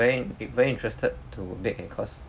very very interested to bake and cause